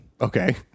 Okay